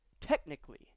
technically